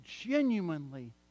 genuinely